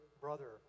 brother